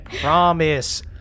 promise